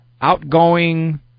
outgoing